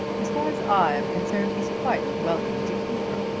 as far as i am concerned he's quite welcome to keep her.